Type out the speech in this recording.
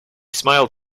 smiled